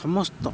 ସମସ୍ତ